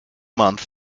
month